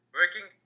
working